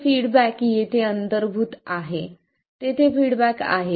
तर फीडबॅक येथे अंतर्भूत आहे तेथे फीडबॅक आहे